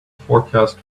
forecast